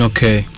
Okay